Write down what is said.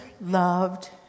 loved